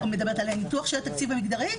את מדברת על הניתוח של התקציב המגדרי?